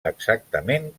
exactament